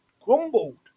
crumbled